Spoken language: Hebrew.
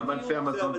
גם בענפי המזון ואחרים.